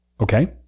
Okay